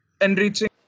enriching